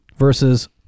versus